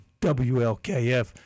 WLKF